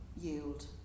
yield